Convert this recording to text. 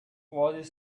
was